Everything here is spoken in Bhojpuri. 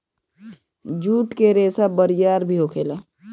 जुट के रेसा बरियार भी होखेला